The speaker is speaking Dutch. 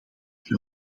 die